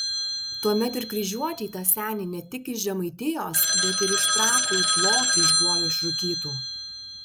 tuomet ir kryžiuočiai tą senį ne tik iš žemaitijos bet ir iš trakų it lokį iš guolio išrūkytų